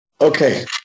Okay